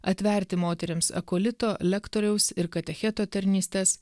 atverti moterims akolito lektoriaus ir katecheto tarnystes